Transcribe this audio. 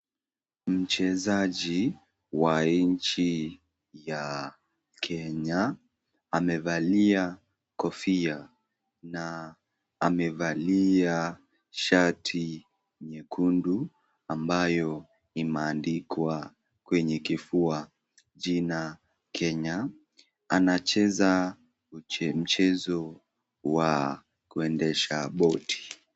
Mchezaji wa nchi ya Kenya amevalia kofia na amevalia shati nyekundu ambayo imeandikwa kwenye kifua jina Kenya. Anacheza mchezo wa kuendesha boti.